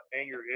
anger